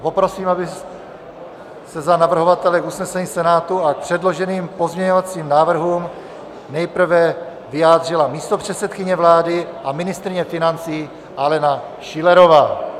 Poprosím, aby se za navrhovatele k usnesení Senátu a k předloženým pozměňovacím návrhům nejprve vyjádřila místopředsedkyně vlády a ministryně financí Alena Schillerová.